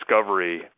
discovery